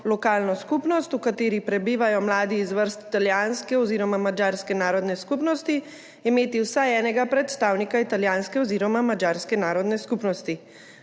lokalno skupnost, v kateri prebivajo mladi iz vrst italijanske oziroma madžarske narodne skupnosti, imeti vsaj enega predstavnika italijanske oziroma madžarske narodne skupnosti.